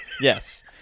Yes